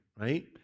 right